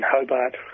Hobart